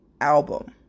album